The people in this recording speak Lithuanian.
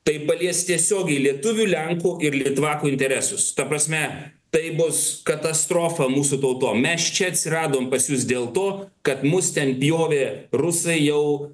tai palies tiesiogiai lietuvių lenkų ir litvakų interesus ta prasme tai bus katastrofa mūsų tautom mes čia atsiradom pas jus dėl to ka mus ten pjovė rusai jau